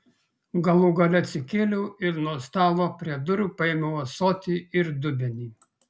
galų gale atsikėliau ir nuo stalo prie durų paėmiau ąsotį ir dubenį